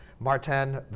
Martin